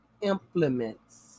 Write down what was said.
implements